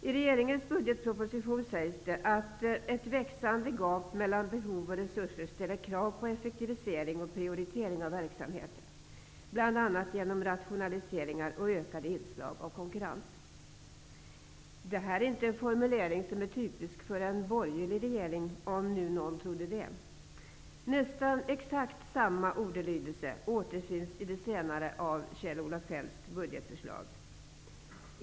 I regeringens budgetproposition sägs att ett växande gap mellan behov och resurser ställer krav på effektivisering och prioritering av verksamhet, bl.a. genom rationaliseringar och ökade inslag av konkurrens. Det här är inte en formulering som är typisk för en borgerlig regering, om nu någon trodde det. Nästan exakt samma ordalydelse återfinns i Kjell-Olof Feldts senare budgetförslag.